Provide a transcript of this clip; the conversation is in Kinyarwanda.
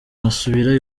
ngasubira